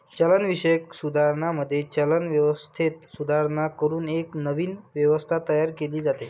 चलनविषयक सुधारणांमध्ये, चलन व्यवस्थेत सुधारणा करून एक नवीन व्यवस्था तयार केली जाते